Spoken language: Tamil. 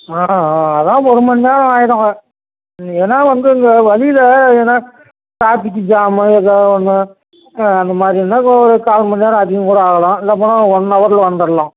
ஆ ஆ ஆ அதான் ஒருமண் நேரம் ஆயிடுங்க ஏன்னா வந்து இங்கே வழியில் எதனா ட்ராஃபிக்கு ஜாமு எதாவது ஒன்று அந்த மாரி இருந்தால் ஒரு கால்மணி நேரம் அதிகம் கூட ஆகலாம் இல்லப்போனால் ஒன்னவரில் வந்தரலாம்